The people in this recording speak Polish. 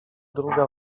druga